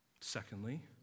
Secondly